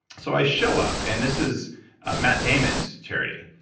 so i show up, and this is matt damon's charity.